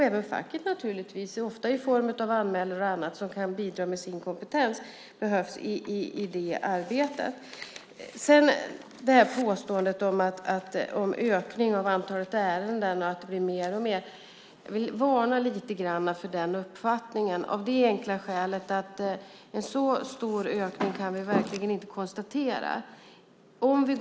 Även facket - ofta i form av anmälare och annat som kan bidra med sin kompetens - behövs naturligtvis i det arbetet. När det gäller påståendet om ökningen av antalet ärenden och att det blir mer och mer vill jag varna lite för den uppfattningen av det enkla skälet att vi inte kan konstatera en sådan stor ökning.